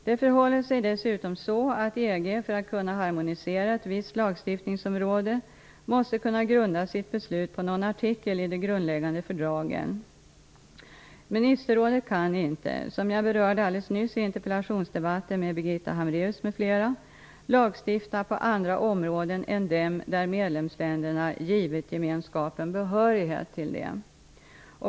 Det förhåller sig dessutom så, att EG för att kunna harmonisera ett visst lagstiftningsområde måste kunna grunda sitt beslut på någon artikel i de grundläggande fördragen. Ministerrådet kan inte -- som jag berörde alldeles nyss i interpellationsdebatten med Birgitta Hambraeus m.fl. -- lagstifta på andra områden än dem där medlemsländerna givit gemenskapen behörighet till det.